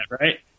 right